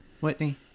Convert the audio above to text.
Whitney